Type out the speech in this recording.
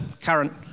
current